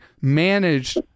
managed